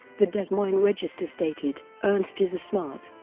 the des moines register stated ernst is a smart,